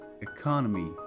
economy